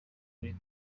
kuri